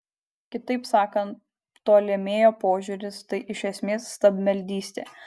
kitaip sakant ptolemėjo požiūris tai iš esmės stabmeldystė